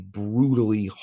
brutally